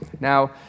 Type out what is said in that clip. Now